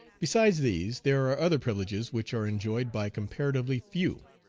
besides these there are other privileges which are enjoyed by comparatively few.